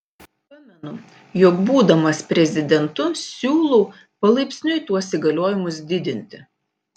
pamenu jog būdamas prezidentu siūlau palaipsniui tuos įgaliojimus didinti